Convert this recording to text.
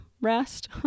Rest